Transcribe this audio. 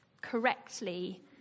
correctly